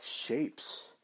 shapes